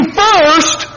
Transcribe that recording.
first